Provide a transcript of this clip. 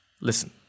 listen